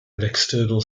external